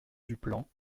duplan